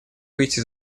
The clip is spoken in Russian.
выйти